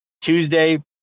tuesday